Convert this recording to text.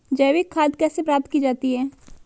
जैविक खाद कैसे प्राप्त की जाती है?